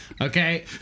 Okay